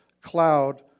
cloud